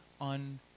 on